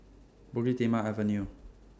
Bukit Timah Avenue